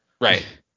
Right